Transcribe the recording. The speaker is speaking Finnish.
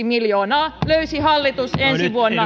miljoonaa löysi hallitus ensi vuonna